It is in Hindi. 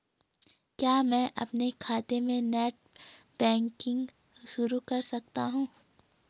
क्या मैं अपने खाते में नेट बैंकिंग शुरू कर सकता हूँ?